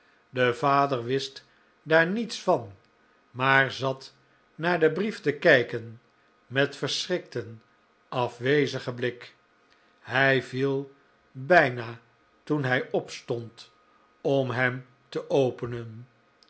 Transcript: de vader wist daar niets van maar zat naar den brief te kijken met verschrikten afwezigen blik hij viel bijna toen hij opstond om hem te openen